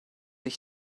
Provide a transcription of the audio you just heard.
ich